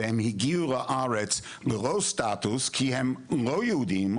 והם הגיעו לארץ ללא סטטוס כי הם לא יהודים,